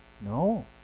No